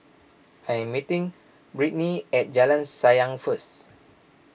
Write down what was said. I am meeting Brittny at Jalan Sayang first